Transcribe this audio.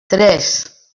tres